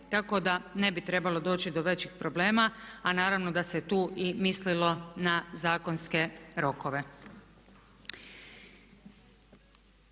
tako da ne bi trebalo doći do većih problema a naravno da se tu mislilo na zakonske rokove.